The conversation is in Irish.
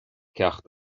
ceacht